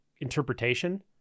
interpretation